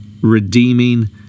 redeeming